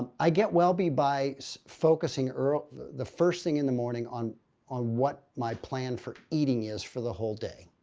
um i getwellbe by focusing ah the the first thing in the morning on on what my plan for eating is for the whole day.